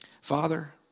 Father